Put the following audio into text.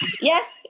Yes